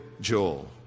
Joel